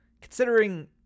considering